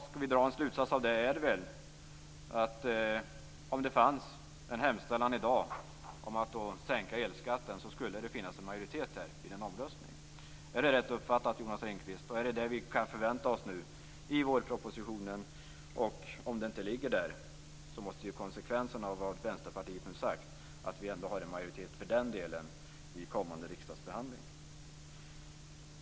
Skall vi dra någon slutsats av det är den väl att om det fanns en hemställan i dag om att sänka elskatten så skulle det finnas en majoritet här vid en omröstning. Är det rätt uppfattat, Jonas Ringqvist, och är det det vi kan förvänta oss nu i vårpropositionen? Och om det inte ligger där, så måste ju konsekvensen av vad Vänsterpartiet nu har sagt vara att vi ändå har en majoritet för den delen i den kommande riksdagsbehandlingen.